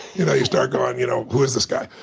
you know you start going, you know who is this guy?